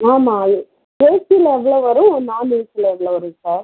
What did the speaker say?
ஆமாம் ஏசியில் எவ்வளோ வரும் நான்ஏசியில் எவ்வளோ வரும் சார்